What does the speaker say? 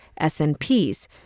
SNPs